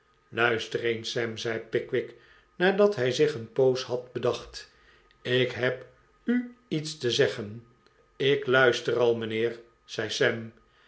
eens sam zei pickwick nadat hij zich een poos had bedacht ik heb u iets te zeggen ik luister al mijnheer zei